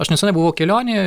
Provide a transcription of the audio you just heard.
aš nesenai buvo kelionė